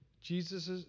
Jesus